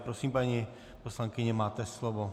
Prosím, paní poslankyně, máte slovo.